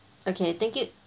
okay thank you